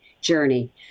journey